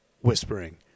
whispering